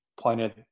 pointed